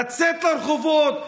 לצאת לרחובות,